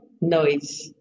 noise